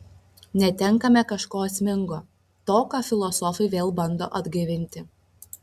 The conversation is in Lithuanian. netenkame kažko esmingo to ką filosofai vėl bando atgaivinti